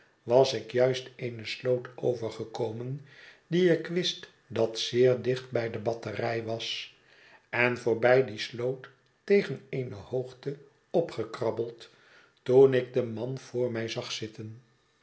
was ik juist eene sloot overgekomen die ik wist dat zeer dicht bij de batterij was en voorbij die sloot tegen eene hoogte opgekrabbeld toen ik den man voor mij zag zitten